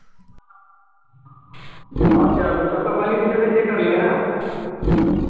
अच्छा तो सबका क्वालिफिकेशन चेक कर लेंगे ना